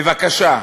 בבקשה,